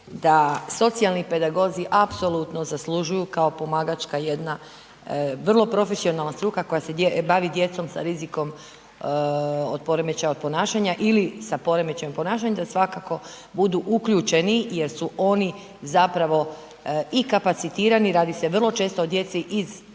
da socijalni pedagozi apsolutno zaslužuju kao pomagačka jedna vrlo profesionalna struka koja se bavi djecom sa rizikom od poremećaja od ponašanja ili sa poremećajem ponašanja, da svakako budu uključeni jer su oni zapravo i kapacitirani, radi se vrlo često o djeci iz